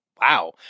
Wow